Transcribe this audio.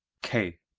k.